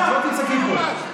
את לא תצעקי פה.